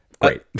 great